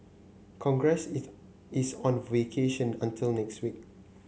congress is is on vacation until next week